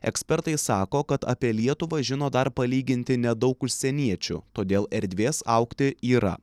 ekspertai sako kad apie lietuvą žino dar palyginti nedaug užsieniečių todėl erdvės augti yra